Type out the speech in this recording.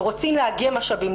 ורוצים לאגם משאבים,